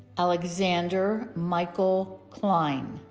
alexander michael klein